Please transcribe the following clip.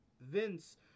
Vince